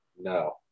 No